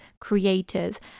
creators